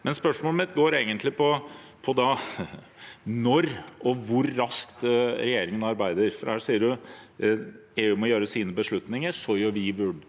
Spørsmålet mitt går egentlig på når, og hvor raskt regjeringen arbeider. Her sies det at EU må gjøre sine beslutninger, så gjør vi våre